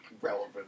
relevant